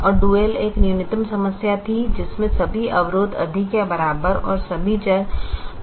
और डुअल एक न्यूनतम समस्या थी जिसमे सभी अवरोध अधिक या बराबर और सभी चर ≥ 0 थे